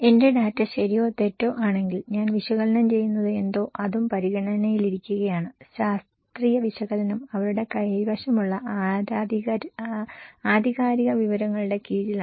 എന്റെ ഡാറ്റ ശരിയോ തെറ്റോ ആണെങ്കിൽ ഞാൻ വിശകലനം ചെയ്യുന്നത് എന്തോ അതും പരിഗണനയിലിരിക്കുകയാണ് ശാസ്ത്രീയ വിശകലനം അവരുടെ കൈവശമുള്ള ആധികാരിക വിവരങ്ങളുടെ കീഴിലാണ്